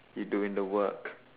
you doing the work